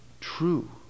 true